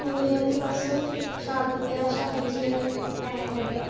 ओह् ते ऐ कि बस शादियें ब्याह् शदियें च जेह्ड़े पैहे पोहे